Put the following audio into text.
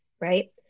right